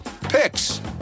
picks